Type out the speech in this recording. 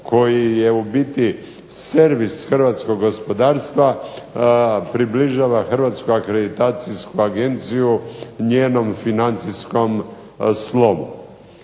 koji je u biti servis hrvatskog gospodarstva približava Hrvatsku akreditacijsku agenciju njenom financijskom slovu.